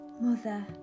mother